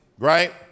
Right